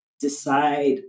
decide